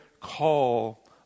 call